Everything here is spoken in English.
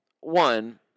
one